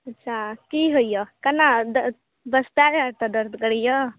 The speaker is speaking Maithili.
अच्छा की होइए केना बस पयरे हाथ टा दर्द करइये